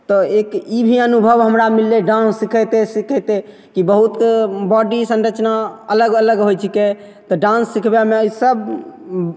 तऽ एक ई भी अनुभव हमरा मिललै डान्स सिखैते सिखैते कि बहुत बॉडी सँरचना अलग अलग होइ छिकै तऽ डान्स सिखबैमे ईसब